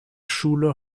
schule